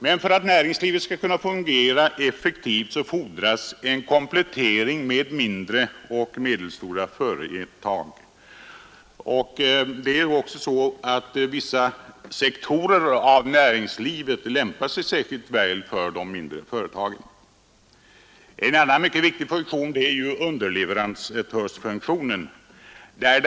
Men för att näringslivet skall fungera effektivt fordras en komplettering med mindre enheter, och vissa sektorer av vårt näringsliv lämpar sig särskilt väl för de mindre företagen. En annan viktig funktion är underleverantörsverksamheten.